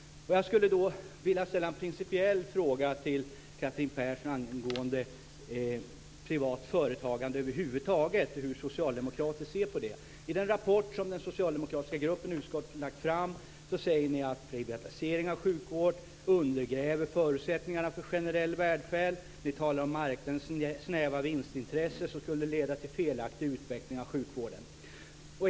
Sedan har jag en principiell fråga till Catherine Persson angående privat företagande över huvud taget och om hur socialdemokrater ser på det. I den rapport som den socialdemokratiska gruppen i utskottet lagt fram säger ni att privatisering av sjukvård undergräver förutsättningarna för generell välfärd. Ni talar om marknadens snäva vinstintresse som skulle leda till en felaktig utveckling av sjukvården.